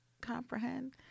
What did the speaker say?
comprehend